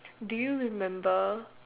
do you remember